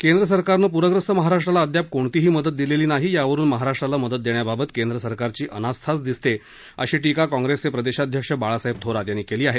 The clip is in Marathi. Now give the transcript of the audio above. केंद्र सरकारनं पूरग्रस्त महाराष्ट्राला अद्याप कोणतीही मदत दिलेली नाही यावरुन महाराष्ट्राला मदत देण्याबाबत केंद्र सरकारची अनास्था दिसते अशी टीका काँग्रेसचे प्रदेशाध्यक्ष बाळासाहेब थोरात यांनी केली आहे